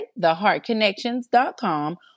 theheartconnections.com